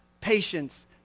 patience